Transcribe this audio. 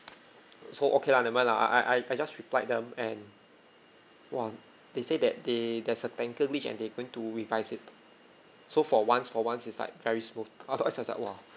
so okay lah never mind lah I I I I just replied them and !wah! they say that they there's a technical glitch and they going to revise it so for once for once it's like very smooth otherwise I was like !wah!